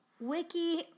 Wiki